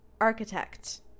Architect